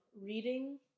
reading